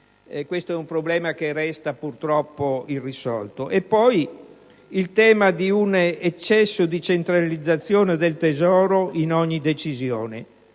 Questo è un problema che resta purtroppo irrisolto. Vi è poi il tema di un eccesso di centralizzazione del Tesoro in ogni decisione.